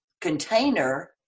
container